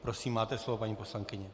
Prosím, máte slovo, paní poslankyně.